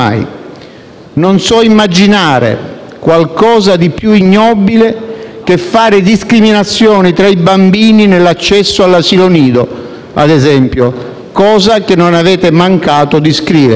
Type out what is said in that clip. Non so immaginare qualcosa di più ignobile che fare discriminazioni tra i bambini nell'accesso all'asilo nido, ad esempio, cosa che non avete mancato di scrivere.